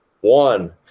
one